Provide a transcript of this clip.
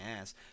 ass